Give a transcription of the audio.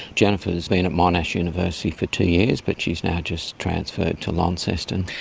jennifer has been at monash university for two years but she has now just transferred to launceston.